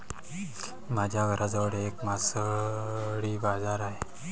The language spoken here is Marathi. माझ्या घराजवळ एक मासळी बाजार आहे